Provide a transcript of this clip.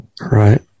Right